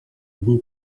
bwo